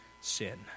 sin